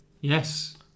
yes